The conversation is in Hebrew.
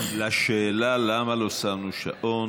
לשאלה למה לא שמנו שעון,